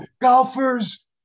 golfers